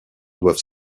doivent